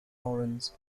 lorenz